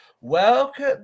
Welcome